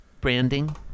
branding